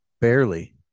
barely